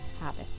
habit